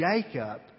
Jacob